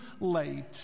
late